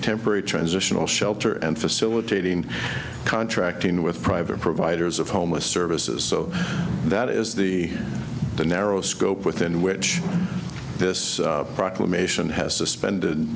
temporary transitional shelter and facilitating contracting with private providers of homeless services so that is the narrow scope within which this proclamation has suspended